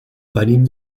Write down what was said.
venim